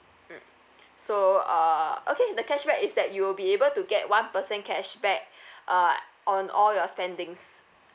mm so uh okay the cashback is that you will be able to get one percent cashback uh on all your spendings